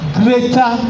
greater